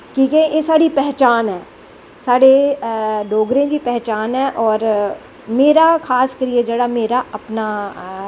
कि क एह् साढ़ी पैह्चान ऐ साढ़े डोगरें दी पैह्चान ऐ और मेरा खासकरियै जेह्ड़ा मेरा अपनां